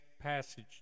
passage